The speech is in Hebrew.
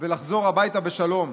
ולחזור הביתה בשלום.